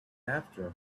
after